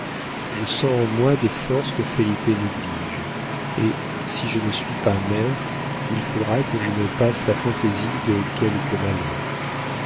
je sens en moi des forces que felipe néglige et si je ne suis pas mère il faudra que je me passe la fantaisie de quelque malheur